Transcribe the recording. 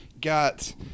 got